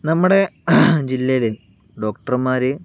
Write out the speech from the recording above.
നമ്മുടെ ജില്ലയിൽ ഡോക്ടർമാർ